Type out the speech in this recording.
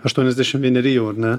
aštuoniasdešim vieneri jau ar ne